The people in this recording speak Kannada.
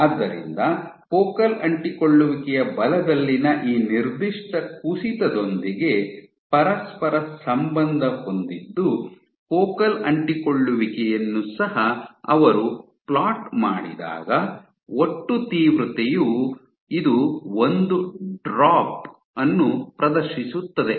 ಆದ್ದರಿಂದ ಫೋಕಲ್ ಅಂಟಿಕೊಳ್ಳುವಿಕೆಯ ಬಲದಲ್ಲಿನ ಈ ನಿರ್ದಿಷ್ಟ ಕುಸಿತದೊಂದಿಗೆ ಪರಸ್ಪರ ಸಂಬಂಧ ಹೊಂದಿದ್ದು ಫೋಕಲ್ ಅಂಟಿಕೊಳ್ಳುವಿಕೆಯನ್ನು ಸಹ ಅವರು ಪ್ಲಾಟ್ ಮಾಡಿದಾಗ ಒಟ್ಟು ತೀವ್ರತೆಯು ಇದು ಒಂದು ಡ್ರಾಪ್ ಅನ್ನು ಪ್ರದರ್ಶಿಸುತ್ತದೆ